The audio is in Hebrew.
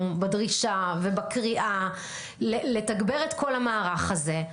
בדרישה ובקריאה לתגבר את כל המערך הזה.